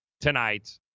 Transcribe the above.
tonight